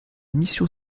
mission